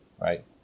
right